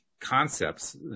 concepts